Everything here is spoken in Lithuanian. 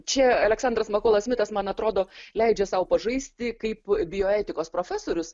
čia aleksandras makolas smitas man atrodo leidžia sau pažaisti kaip bioetikos profesorius